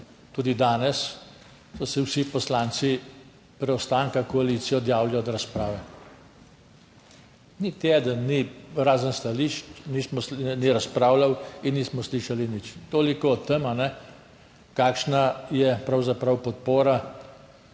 Tudi danes so se vsi poslanci preostanka koalicije odjavili od razprave, niti eden ni razen stališč, ni razpravljal in nismo slišali nič. Toliko o tem, kakšna je pravzaprav podpora,